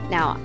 Now